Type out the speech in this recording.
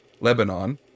Lebanon